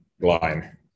line